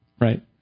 Right